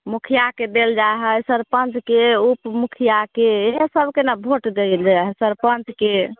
मुखिआके देल जाइ हइ सरपञ्चके उपमुखिआके इएहसभके ने भोट देल जाइ हइ सरपञ्चके